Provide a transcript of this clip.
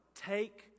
take